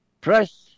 press